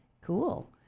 cool